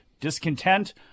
discontent